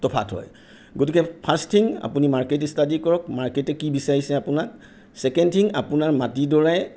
তফাত হয় গতিকে ফাৰ্ষ্ট থিং আপুনি মাৰ্কেট ষ্টাডি কৰক মাৰ্কেটে কি বিচাৰিছে আপোনাক ছেকেণ্ড থিং আপোনাৰ মাটিডৰাই